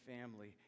family